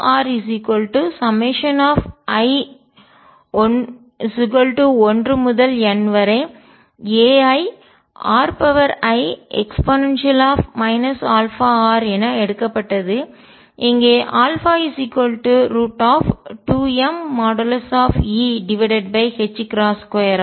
இரண்டு uri1nairie αr என எடுக்கப்பட்டது இங்கே 2mE2 ஆகும்